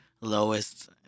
lowest